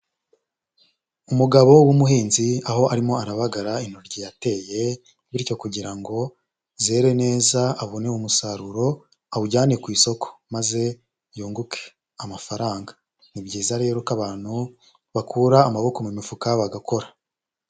Umugabo w'umuhinzi aho arimo arabagara intoryi yateye bityo kugira ngo zere neza abone umusaruro awujyane ku isoko maze yunguke amafaranga, ni byiza rero ko abantu bakura amaboko mu mifuka bagakora.